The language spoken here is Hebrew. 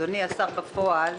אדוני השר בפועל.